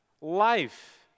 Life